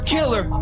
Killer